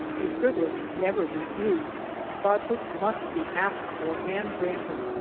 a privilege never refused but which must be asked for and granted,